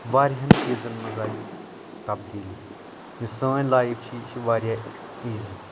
واریاہن چیٖزن منٛز آیہِ تبدیٖلی یۄس سٲنۍ لایف چھِ یہِ چھِ واریاہ ایٖزی